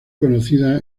conocida